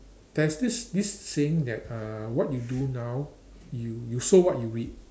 there's this this saying that uh what you do now you you sow what you reap